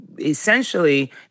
essentially